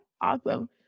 awesome